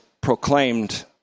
proclaimed